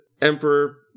emperor